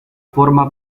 forma